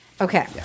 Okay